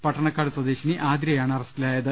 പട്ടണക്കാട് സ്വദേശിനി ആതിരയാണ് അറസ്റ്റിലായത്